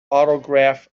autograph